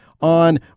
on